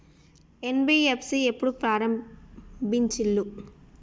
NBFC ఎప్పుడు ప్రారంభించిల్లు?